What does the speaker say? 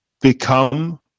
become